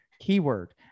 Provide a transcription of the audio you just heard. keyword